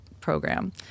program